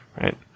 right